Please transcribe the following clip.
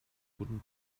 guten